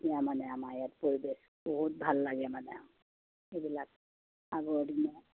এতিয়া মানে আমাৰ ইয়াত পৰিৱেশ বহুত ভাল লাগে মানে আৰু সেইবিলাক আগৰ দিন